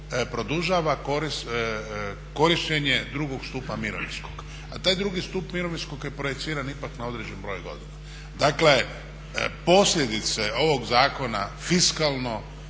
produžava korištenje drugog stupa mirovinskog. A taj drugi stup mirovinskog je projiciran ipak na određen broj godina. Dakle, posljedice ovog zakona fiskalno